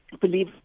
believe